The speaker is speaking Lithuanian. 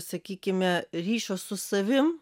sakykime ryšio su savim